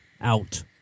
out